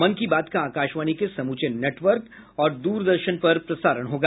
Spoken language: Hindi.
मन की बात का आकाशवाणी के समूचे नेटवर्क और दूरदर्शन पर प्रसारण होगा